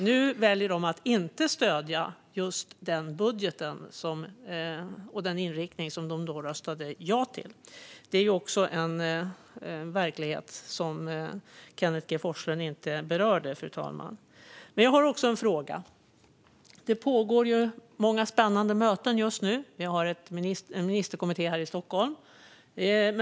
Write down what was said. Nu väljer de att inte stödja just den budget och den inriktning som de då röstade ja till. Det är också en verklighet som Kenneth G Forslund inte berörde, fru talman. Men jag har också en fråga. Det pågår många spännande möten just nu. Vi har en ministerkommitté här i Stockholm.